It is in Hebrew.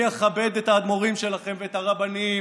אני אכבד את האדמו"רים שלכם ואת הרבנים